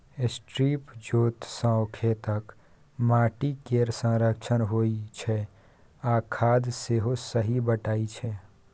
strip जोत सँ खेतक माटि केर संरक्षण होइ छै आ खाद सेहो सही बटाइ छै